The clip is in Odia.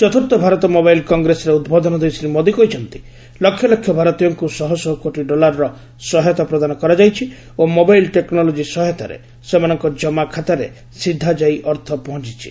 ଚତୁର୍ଥ ଭାରତ ମୋବାଇଲ୍ କଂଗ୍ରେସରେ ଉଦ୍ବୋଧନ ଦେଇ ଶ୍ରୀ ମୋଦୀ କହିଛନ୍ତି ଲକ୍ଷ ଲକ୍ଷ ଭାରତୀୟଙ୍କୁ ଶହ ଶହ କୋଟି ଡଲାରର ସହାୟତା ପ୍ରଦାନ କରାଯାଇଛି ଓ ମୋବାଇଲ୍ ଟେକ୍ରୋଲୋଜି ସହାୟତାରେ ସେମାନଙ୍କ ଜମାଖାତାରେ ସିଧାଯାଇ ଅର୍ଥ ପହଞ୍ଚିଛି